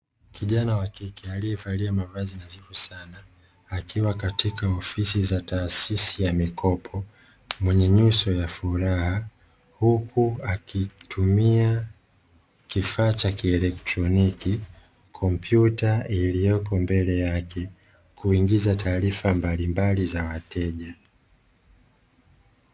Kijana wa kike aliyevalia mavazi nadhifu sana akiwa katika ofisi za taasisi ya mikopo, mwenye nyuso ya furaha huku akitumia kifaa cha kielektroniki, kompyuta iliyoko mbele yake kuingiza taarifa mbalimbali za wateja.